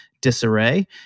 disarray